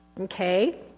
Okay